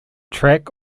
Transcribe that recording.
track